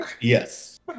yes